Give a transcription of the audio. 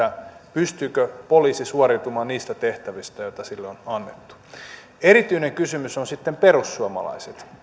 pystyykö poliisi suoriutumaan niistä tehtävistä joita sille on annettu erityinen kysymys on sitten perussuomalaiset